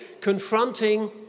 confronting